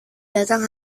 datang